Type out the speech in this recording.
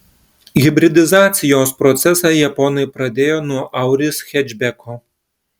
hibridizacijos procesą japonai pradėjo nuo auris hečbeko